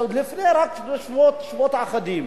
רק לפני שבועות אחדים